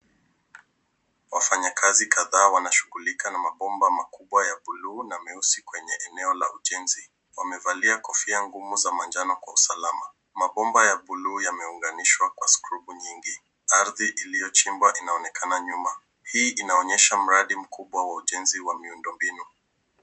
Wafanyikazi kadhaa wanashugulika na mabomba kubwa ya buluu na meusi kwenye eneo la ujenzi. Wamevalia kofia ngumu za manjano kwa usalama. Mabomba ya buluu yameunganishwa kwa skuruu nyingi. Ardhi iliyochimbwa inaonekana nyuma. Hii inaoyesha mradi mkubwa wa ujenzi wa miundombinu.